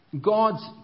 God's